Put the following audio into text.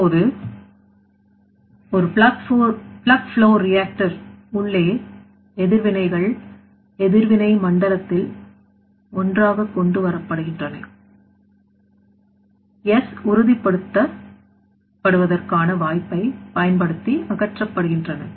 இப்போது ஒரு உள்ளே எதிர்வினைகள் எதிர்வினை மண்டலத்தில் ஒன்றாகக் கொண்டு வரப்படுகின்றன S உறுதிப்படுத்தப் படுவதற்கான வாய்ப்பை பயன்படுத்தி அகற்றப்படுகின்றன